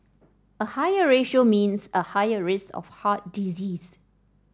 a higher ratio means a higher risk of heart disease